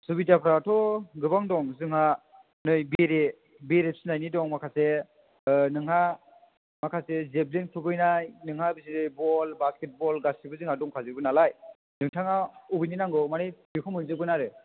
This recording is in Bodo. सुबिदाफ्राथ' गोबां दं जोंहा नै बेरे बेरे फिनायनि दं माखासे नोंहा माखासे जेबलिन खुबैनाय नोंहा माखासे बल बासकेट बल गासैबो जोंहा दंखाजोबोनालाय नोंथाङा अबेनि नांगौ मानि बेखौ मोनजोबगोन आरो